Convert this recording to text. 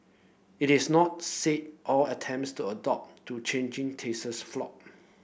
it is not say all attempts to adapt to changing tastes flopped